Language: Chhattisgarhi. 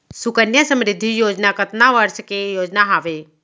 सुकन्या समृद्धि योजना कतना वर्ष के योजना हावे?